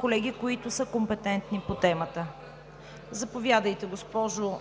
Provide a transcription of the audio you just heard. колеги, които са компетентни по темата. Заповядайте, госпожо